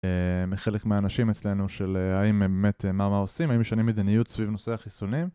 מחלק מהאנשים אצלנו של האם באמת מה מה עושים, האם משנים מדיניות סביב נושא החיסונים